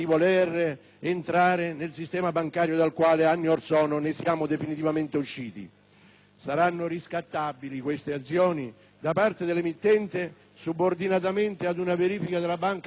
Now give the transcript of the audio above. entrare nel sistema bancario dal quale anni orsono siamo definitivamente usciti. Queste azioni saranno riscattabili da parte dell'emittente, subordinatamente ad una verifica della Banca d'Italia,